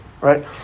right